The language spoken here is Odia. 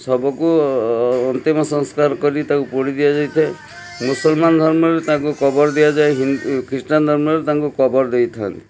ଶବକୁ ଅନ୍ତିମ ସଂସ୍କାର କରି ତାକୁ ପୋଡ଼ି ଦିଆ ଯାଇଥାଏ ମୁସଲମାନ ଧର୍ମରେ ତାଙ୍କୁ କବର ଦିଆଯାଏ ଖ୍ରୀଷ୍ଟିୟାନ୍ ଧର୍ମରେ ତାଙ୍କୁ କବର ଦେଇଥାନ୍ତି